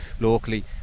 locally